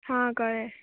हां कळ्ळें